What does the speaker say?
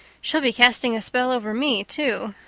she'll be casting a spell over me, too.